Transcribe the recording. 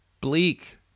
bleak